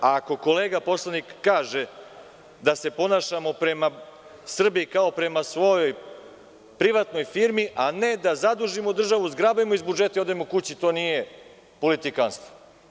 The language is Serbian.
Ako kolega poslanik kaže da se ponašamo prema Srbiji kao prema svojoj privatnoj firmi, a ne da zadužimo državu, zgrabimo iz budžeta i odemo kući, to nije politikantstvo.